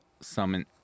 summon